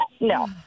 No